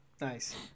Nice